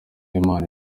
imana